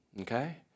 okay